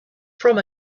from